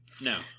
No